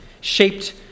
shaped